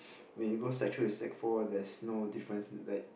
when you go sec three and sec four there's no difference in like